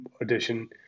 addition